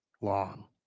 long